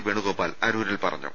വേണുഗോപാൽ അരൂരിൽ പറഞ്ഞു